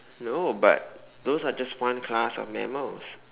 no but those are just one class of mammals